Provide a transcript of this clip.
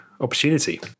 opportunity